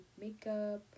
makeup